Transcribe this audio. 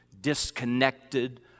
disconnected